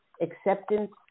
acceptance